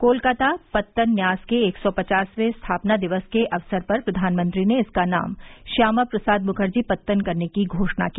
कोलकाता पत्तन न्यास के एक सौ पचासवें स्थापना दिवस के अवसर पर प्रधानमंत्री ने इसका नाम श्यामा प्रसाद मुखर्जी पत्तन करने की घोषणा की